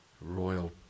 royal